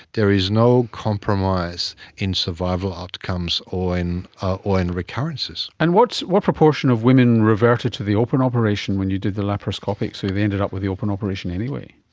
there is no compromise in survival outcomes or ah or in recurrences. and what what proportion of women reverted to the open operation when you did the laparoscopic, so they ended up with the open operation anyway?